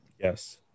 Yes